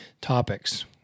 topics